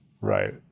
right